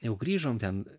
jau grįžom ten